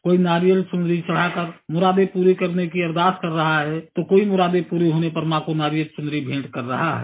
कोई नारियल चुनरी चढ़ाकर मुरादें पूरी करने की अरदास कर रहा है तो कोई मुरादें पूरी होने पर मां को नारियल चुनरी भेंट कर रहा है